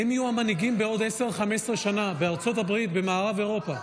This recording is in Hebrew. הם יהיו המנהיגים בעוד 10 15 שנה בארה"ב ובמערב אירופה.